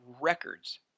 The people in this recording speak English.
records